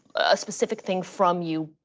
a specific thing from you.